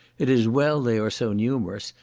it is well they are so numerous,